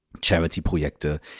Charity-Projekte